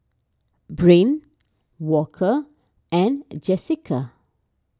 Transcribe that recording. Brain Walker and Jessika